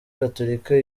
gatolika